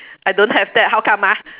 I don't have that how come ah